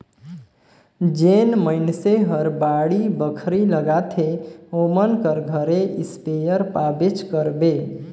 जेन मइनसे हर बाड़ी बखरी लगाथे ओमन कर घरे इस्पेयर पाबेच करबे